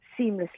seamlessly